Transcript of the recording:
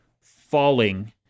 falling